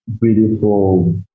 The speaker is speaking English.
beautiful